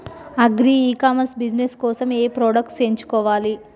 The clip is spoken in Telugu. అగ్రి ఇ కామర్స్ బిజినెస్ కోసము ఏ ప్రొడక్ట్స్ ఎంచుకోవాలి?